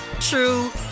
true